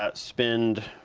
ah spend